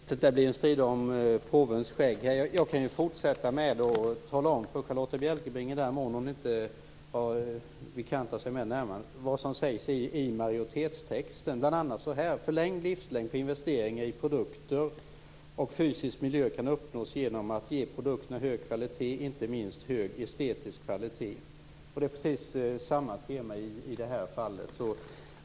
Fru talman! Det här blir en strid om påvens skägg. Jag kan fortsätta med att tala om för Charlotta Bjälkebring, i den mån hon inte har bekantat sig med det närmare, vad som sägs i majoritetstexten. Där står bl.a.: Förlängd livslängd på investeringar i produkter och fysisk miljö kan uppnås genom att ge produkterna hög kvalitet, inte minst hög estetisk kvalitet. Det är precis samma tema i det här fallet.